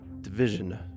division